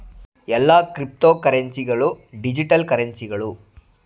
ಎಲ್ಲಾ ಕ್ರಿಪ್ತೋಕರೆನ್ಸಿ ಗಳು ಡಿಜಿಟಲ್ ಕರೆನ್ಸಿಗಳು